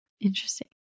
Interesting